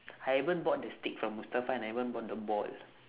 I even bought the stick from mustafa and I even bought the ball